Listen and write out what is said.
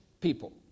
people